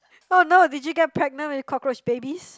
oh no if you get pregnant with cockroach babies